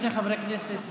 42 חברי כנסת בעד,